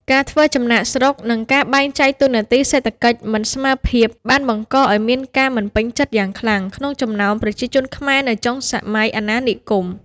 ការធ្វើចំណាកស្រុក និងការបែងចែកតួនាទីសេដ្ឋកិច្ចមិនស្មើភាព បានបង្កឱ្យមានការមិនពេញចិត្តយ៉ាងខ្លាំងក្នុងចំណោមប្រជាជនខ្មែរនៅចុងសម័យអាណានិគម។